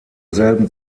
selben